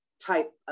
type